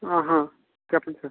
చెప్పండి సార్